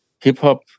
hip-hop